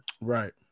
Right